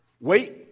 Wait